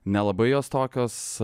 nelabai jos tokios